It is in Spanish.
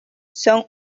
son